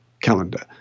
calendar